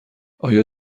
آیا